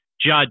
judge